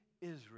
Israel